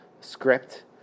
script